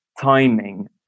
timing